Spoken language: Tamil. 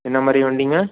எந்த மாதிரி வண்டிங்க